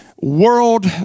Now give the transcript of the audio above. world